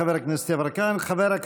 חבר הכנסת יברקן.